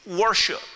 worship